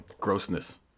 grossness